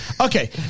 Okay